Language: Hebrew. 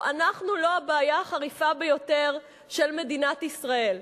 או: אנחנו לא הבעיה החריפה ביותר של מדינת ישראל.